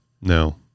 no